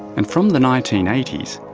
and from the nineteen eighty s,